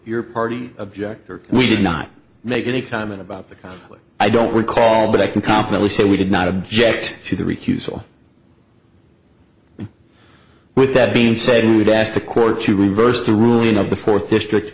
your party objector we did not make any comment about the i don't recall but i can confidently say we did not object to the refusal with that being said we've asked the court to reverse the ruling of the fourth district